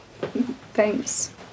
thanks